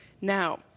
Now